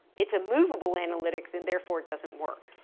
it's a moveable analytics and therefore, it doesn't work.